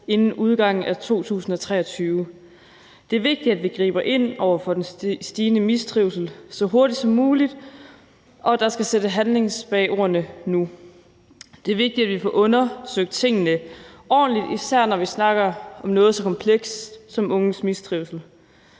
inden udgangen af 2023. Det er vigtigt, at vi griber ind over for den stigende mistrivsel så hurtigt som muligt, og der skal sættes handling bag ordene nu. Det er vigtigt, at vi får undersøgt tingene ordentligt, især når vi snakker om noget så komplekst som unges mistrivsel.